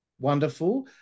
wonderful